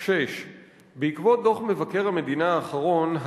6. בעקבות דוח מבקר המדינה האחרון,